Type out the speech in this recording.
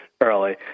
early